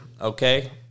Okay